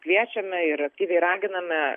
kviečiame ir aktyviai raginame